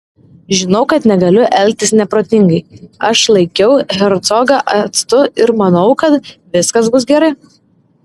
žinau kad negaliu elgtis neprotingai aš laikiau hercogą atstu ir manau kad viskas bus gerai